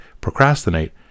procrastinate